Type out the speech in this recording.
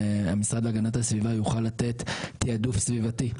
והמשרד להגנת הסביבה יוכל לתת תיעדוף סביבתי.